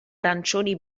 arancioni